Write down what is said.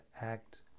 act